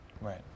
Right